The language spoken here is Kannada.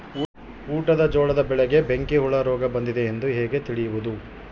ಊಟದ ಜೋಳದ ಬೆಳೆಗೆ ಬೆಂಕಿ ಹುಳ ರೋಗ ಬಂದಿದೆ ಎಂದು ಹೇಗೆ ತಿಳಿಯುವುದು?